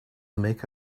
make